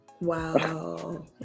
Wow